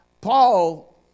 Paul